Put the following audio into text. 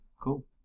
Cool